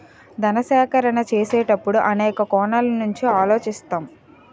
ధన సేకరణ చేసేటప్పుడు అనేక కోణాల నుంచి ఆలోచిస్తాం